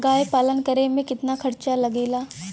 गाय पालन करे में कितना खर्चा लगेला?